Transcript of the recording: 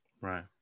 Right